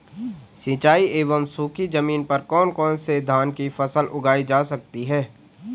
सिंचाई एवं सूखी जमीन पर कौन कौन से धान की फसल उगाई जा सकती है?